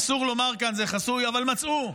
אסור לומר כאן, זה חסוי, אבל מצאו,